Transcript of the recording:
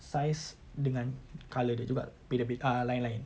size dengan colour dia juga tapi dia uh lain-lain